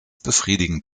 befriedigend